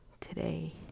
today